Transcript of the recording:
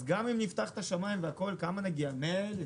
אז גם אם נפתח את השמים לכמה נגיע, ל-100 אלף?